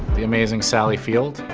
the amazing sally field.